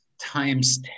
times